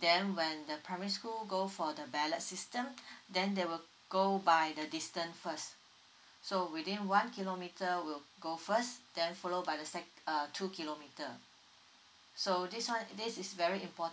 then when the primary school go for the ballot system then they will go by the distant first so within one kilometer will go first then follow by the sec~ err two kilometer so this one this is very important